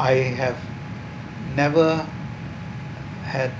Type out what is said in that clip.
I have never had